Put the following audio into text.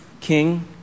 king